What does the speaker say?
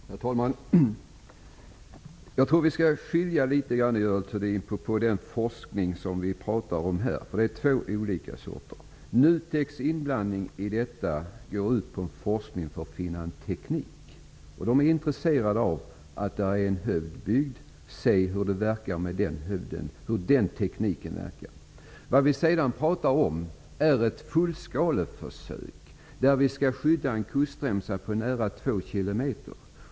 Herr talman! Jag tror att vi skall skilja litet grand mellan de olika forskningar som vi här pratar om, Görel Thurdin. Det handlar om två olika sorter. NUTEK:s inblandning i detta går ut på forskning för att finna en teknik. Där är man intresserad av att det är en hövd. Man är intresserad av att se hur den tekniken verkar. Vad vi också pratar om är ett fullskaleförsök. En kustremsa på nära två kilometer skall skyddas.